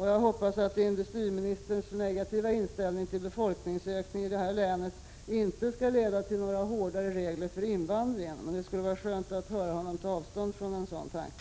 Jag hoppas att industriministerns negativa inställning till en befolkningsökning i det här länet inte skall leda till några hårdare regler för invandring. Det skulle vara skönt att höra industriministern ta avstånd från en sådan tanke.